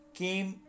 came